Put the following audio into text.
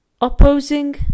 opposing